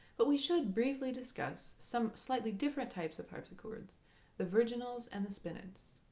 but we should briefly discuss some slightly different types of harpsichords the virginals and the spinets.